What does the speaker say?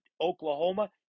Oklahoma